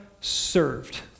served